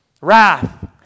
Wrath